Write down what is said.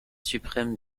suprême